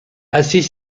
assez